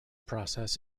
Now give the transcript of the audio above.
process